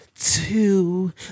two